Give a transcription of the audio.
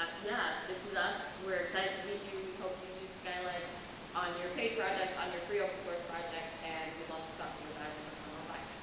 ah yeah this is us, we're excited to meet you, we hope you use skylight on your paid projects on your free open source projects and we'd love to talk to you about it so come on by.